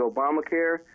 Obamacare